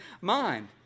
mind